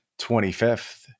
25th